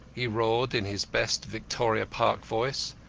he roared, in his best victoria park voice,